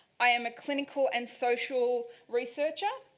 i am a clinical and social researcher.